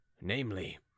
Namely